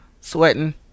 sweating